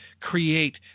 create